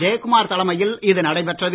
ஜெயகுமார் தலைமையில் இது நடைபெற்றது